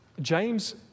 James